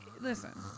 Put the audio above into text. Listen